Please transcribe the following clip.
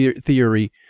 theory